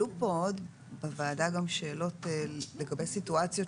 עלו פה בוועדה עוד שאלות לגבי סיטואציות